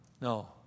No